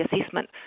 assessment